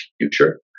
future